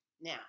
Now